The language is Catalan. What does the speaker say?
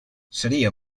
seria